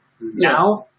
Now